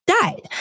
died